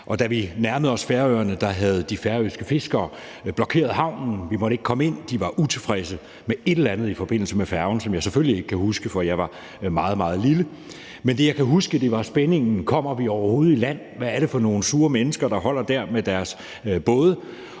da vi nærmede os Færøerne, havde de færøske fiskere blokeret havnen; vi måtte ikke komme ind. De var utilfredse med et eller andet i forbindelse med færgen, som jeg selvfølgelig ikke kan huske, for jeg var meget, meget lille. Men det, jeg kan huske, var spændingen over, om vi overhovedet kom i land, og hvad det var for nogle sure mennesker, der holder der med deres både,